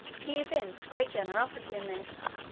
he evinced great generosity in this,